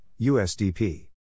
USDP